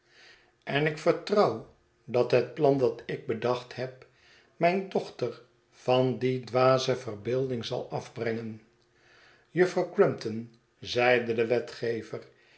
en ik vertrouw dat het plan dat ikbedacht heb mijn dochter van die dwaze verbeelding zal af brengen juffrouw crumpton zeide de wetgever